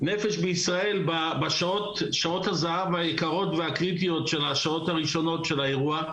נפש בישראל בשעות הזהב היקרות והקריטיות של השעות הראשונות של האירוע.